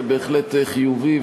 זה בהחלט חיובי,